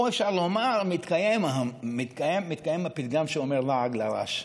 פה, אפשר לומר, מתקיים הפתגם שאומר "לעג לרש".